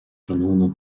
tráthnóna